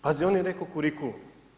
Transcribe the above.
Pazi, on je rekao kurikulum.